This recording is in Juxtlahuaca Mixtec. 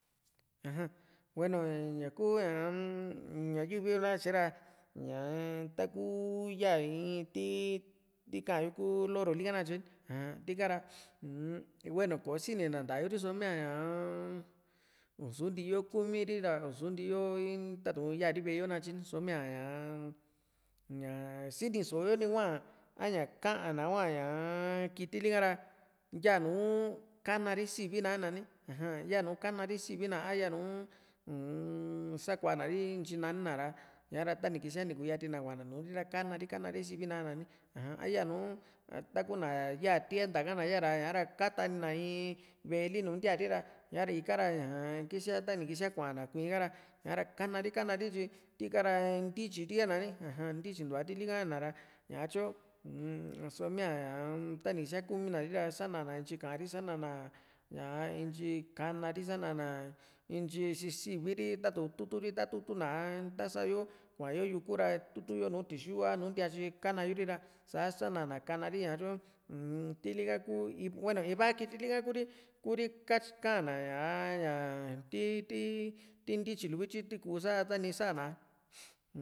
hueno ña kuu ña yu´vi yo nakatyera ñaa taku ya in ti tika yo ku loro tika nakatye ni ña tika ra hueno kò´o sini ntanta yo mia ñaa ni suunti yo kumíri ra ni suu ntii yo tatu´n yaa ri v´e yo nakatye so míaa ñaa ña sini so´o yo ni hua a ña ka´an na hua ñaa kitili ka ra yaa´nu kana ri sivi na katyina ni aja yanu kana ri sivi na a yaanu um sakuana ri intyi nanina ra ñaara ta ni kisiaa ni kuyati na kua´na nùù ri ra kana ri kana ri sivi na ka´na ni aja a yanu taku na yaa tienda na yaa´ra katani na in ve´e li nùù intiari ra ika´ra ñaa kisíaa kuana kuii´n ha´ra ña´ra kana ri kana ri tyi tika ra ntityiri ka´na ní aja ntityintua tili kana ra ñatyo mm só miia ña tani kisía kumí na ri sanana ntyi ka´an ri sanana ñaa ntyi kána´ri sanana intyi sisivi´ri tatu´n tutu ri tá tutú na ta sáa yo kuayo yuku ra tutu yo nùù tixu a nùù ntiatyi kana yo ri ra sá sa´na na kanari ña tyu umm tili ka kuu bueno iva kiti lika Kuri Katy ka´na ñá´a ña ti ti ti ntityi livityi tikuu sá tani sá ná´a